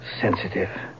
sensitive